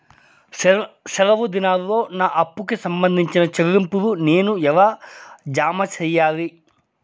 సెలవు దినాల్లో నా అప్పుకి సంబంధించిన చెల్లింపులు నేను ఎలా జామ సెయ్యాలి?